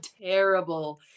terrible